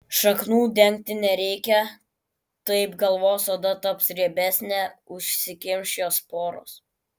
šaknų dengti nereikia taip galvos oda taps riebesnė užsikimš jos poros